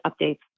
updates